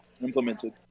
Implemented